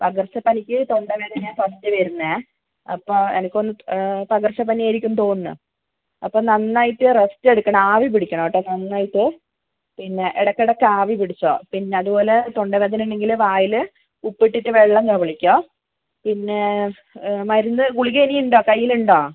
പകർച്ചപ്പനിക്ക് തൊണ്ടവേദനയാണ് ഫസ്റ്റ് വരുന്നത് അപ്പോൾ എനിക്ക് തോന്നുന്നു പകർച്ചപ്പനിയായിരിക്കും തോന്നുന്നു അപ്പോൾ നന്നായിട്ട് റസ്റ്റ് എടുക്കണം ആവി പിടിക്കണം കേട്ടോ നന്നായിട്ട് പിന്നെ ഇടയ്ക്കിടയ്ക്ക് ആവി പിടിച്ചോ പിന്നെ അതുപോലെ തൊണ്ടവേദനയുണ്ടെങ്കിൽ വായിൽ ഉപ്പിട്ടിട്ട് വെള്ളം കവിളിക്കുക പിന്നെ മരുന്ന് ഗുളിക ഇനി ഉണ്ടോ കയ്യിൽ ഉണ്ടോ